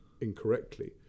incorrectly